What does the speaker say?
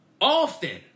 Often